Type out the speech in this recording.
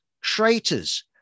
traitors